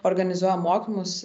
organizuojam mokymus